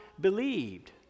believed